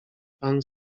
pan